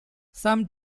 some